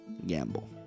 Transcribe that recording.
gamble